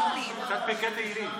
לא שמעתי שהודעת שנעלת את הרשימה.